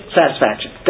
satisfaction